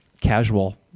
casual